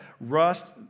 Rust